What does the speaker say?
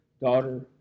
daughter